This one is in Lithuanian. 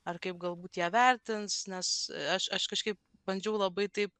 ar kaip galbūt ją vertins nes aš aš kažkaip bandžiau labai taip